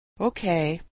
Okay